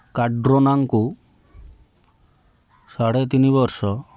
କାଡ୍ରୋନାଙ୍କୁ ସାଢ଼େ ତିନି ବର୍ଷ